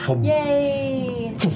Yay